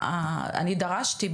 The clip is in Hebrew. אני דרשתי,